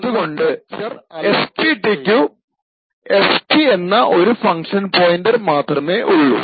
അതുകൊണ്ട് FB T ക്കു fp എന്ന ഒരു ഫങ്ക്ഷൺ പോയിൻറർ മാത്രമേയുള്ളു